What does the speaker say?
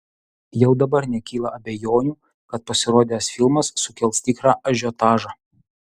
jau dabar nekyla abejonių kad pasirodęs filmas sukels tikrą ažiotažą